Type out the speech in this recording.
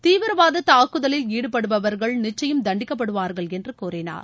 தீவிரவாத தாக்குதலில் ஈடுபடுபவர்கள் நிச்சயம் தண்டிக்கப்படுவார்கள் என்று கூறினார்